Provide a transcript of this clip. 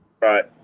right